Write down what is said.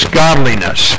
godliness